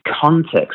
context